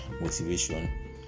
motivation